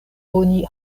oni